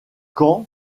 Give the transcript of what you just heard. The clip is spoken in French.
caen